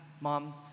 mom